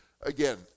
again